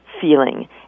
feeling